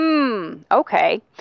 Okay